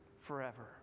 forever